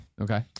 Okay